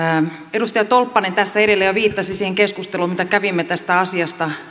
edustaja tolppanen tässä edellä jo viittasi siihen keskusteluun mitä kävimme tästä asiasta